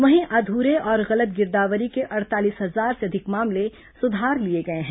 वहीं अघूरे और गलत गिरदावरी के अड़तालीस हजार से अधिक मामले सुधार लिए गए हैं